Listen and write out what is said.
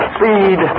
feed